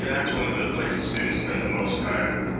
and that's one of the places students spend the most time,